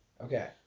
Okay